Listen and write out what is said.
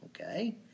okay